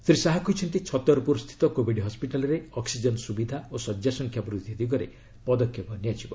ଶ୍ରୀ ଶାହା କହିଛନ୍ତି ଛତରପୁରସ୍ଥିତ କୋବିଡ୍ ହସ୍କିଟାଲ୍ରେ ଅକ୍ଟିଜେନ୍ ସୁବିଧା ଓ ଶଯ୍ୟାସଂଖ୍ୟା ବୃଦ୍ଧି ଦିଗରେ ପଦକ୍ଷେପ ନିଆଯିବ